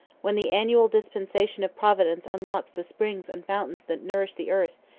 when the annual dispensation of providence unlocks the springs and fountains that nourish the earth,